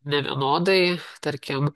nevienodai tarkim